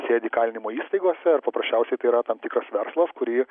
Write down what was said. sėdi įkalinimo įstaigose ir paprasčiausiai tai yra tam tikras verslas kurį